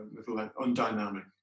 undynamic